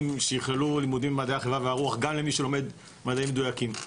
שיכללו לימודי מדעי החברה והרוח גם למי שלומד מדעים מדויקים.